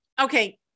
Okay